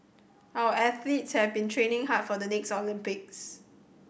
our athletes have been training hard for the next Olympics